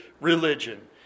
religion